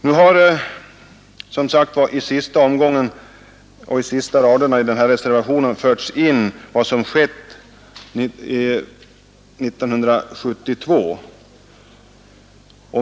Nu har i den senaste omgången — på reservationens sista rader — förts in vad som skett 1972.